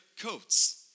coats